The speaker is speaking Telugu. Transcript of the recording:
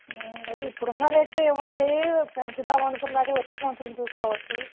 అయితే ఇప్పుడున్న రేటుకే ఇవ్వండీ పెంచుదాము అనుకుంది వచ్చే సంవత్సరం చూసుకోవచ్చు